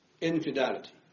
Infidelity